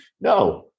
No